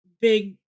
big